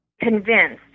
convinced